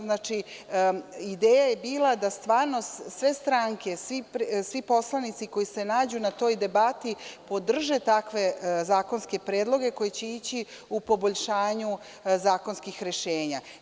Znači, ideja je bila da stvarno sve stranke, svi poslanici koji se nađu na toj debati, podrže takve zakonske predloge koji će ići u poboljšanju zakonskih rešenja.